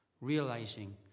realizing